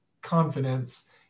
confidence